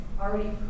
already